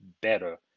better